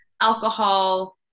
alcohol